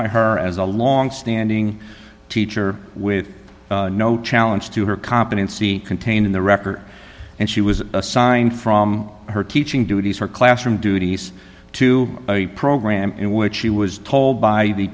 by her as a long standing teacher with no challenge to her competency contained in the record and she was assigned from her teaching duties for classroom duties to a program in which she was told by the